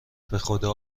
بخدا